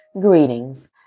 Greetings